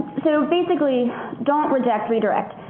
so basically don't reject, redirect.